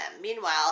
Meanwhile